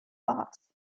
boss